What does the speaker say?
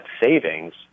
savings